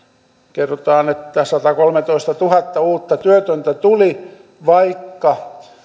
kerrotaan että satakolmetoistatuhatta uutta työtöntä tuli vaikka